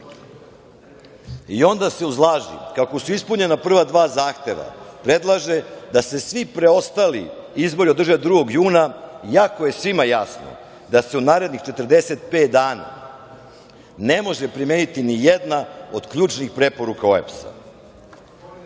i onda se ispunjena prava dva zahteva predlaže da se svi preostali izbori održe 2. juna iako je svima jasno da se u narednih 45 dana ne može primeniti nijedna od ključnih preporuka OEBS-a. Na